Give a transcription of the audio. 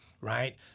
Right